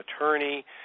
attorney